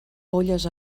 polles